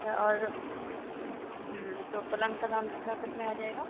क्या और हूँ तो पलंग का दाम कितना तक में आ जाएगा